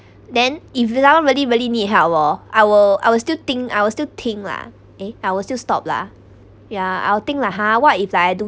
then if zelau really really need help hor I will I will still think I will still think lah eh I will still stop lah ya I will think lah ha what if like I do